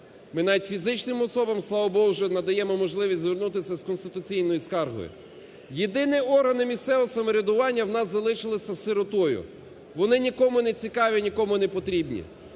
Ми навіть фізичним особам, слава Богу, вже надаємо можливість звернутися з конституційною скаргою. Єдині органи місцевого самоврядування у нас залишилися сиротою. Вони нікому нецікаві і нікому не потрібні.